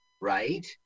right